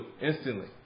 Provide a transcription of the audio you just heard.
instantly